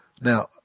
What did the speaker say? Now